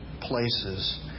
places